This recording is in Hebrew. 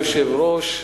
אדוני היושב-ראש,